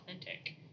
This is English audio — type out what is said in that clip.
authentic